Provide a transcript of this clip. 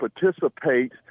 participate